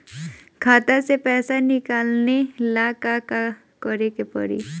खाता से पैसा निकाले ला का का करे के पड़ी?